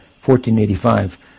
1485